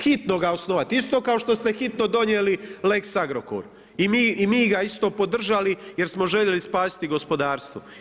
Hitno ga osnovati, isto kao što ste hitno donijeli lex Agrokor i mi ga isto podržali jer smo željeli spasiti gospodarstvo.